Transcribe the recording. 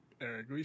Eric